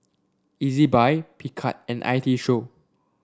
Ezbuy Picard and I T Show